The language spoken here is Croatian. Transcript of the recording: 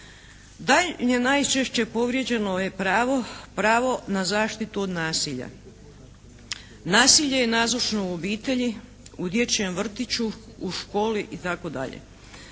Daljnje najčešće je povrijeđeno pravo – pravo na zaštitu od nasilja. Nasilje je nazočno u obitelji, u dječjem vrtiću, u školi itd.